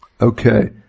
Okay